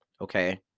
Okay